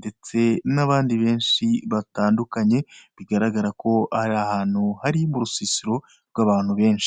ndetse n'abandi benshi batandukanye, bigaragara ko ari ahantu hari mu rusisiro rw'abantu benshi.